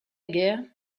guerre